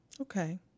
Okay